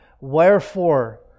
Wherefore